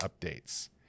updates